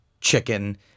chicken